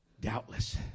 Doubtless